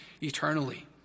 eternally